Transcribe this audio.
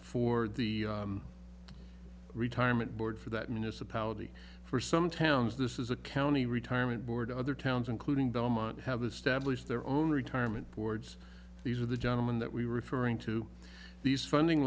for the retirement board for that municipality for some towns this is a county retirement board other towns including belmont have established their own retirement boards these are the gentlemen that we were referring to these funding